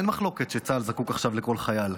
אין מחלוקת שצה"ל זקוק עכשיו לכל חייל,